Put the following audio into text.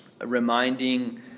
reminding